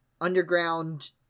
underground